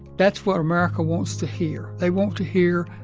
that's what america wants to hear. they want to hear,